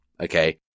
okay